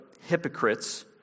hypocrites